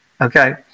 okay